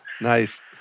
Nice